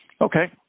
Okay